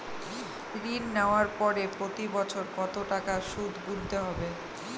ঋণ নেওয়ার পরে প্রতি বছর কত টাকা সুদ গুনতে হবে?